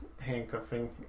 handcuffing